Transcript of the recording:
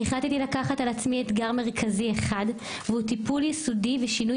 אני החלטתי לקחת על עצמי אתגר מרכזי אחד והוא טיפול יסודי ושינוי